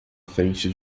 frente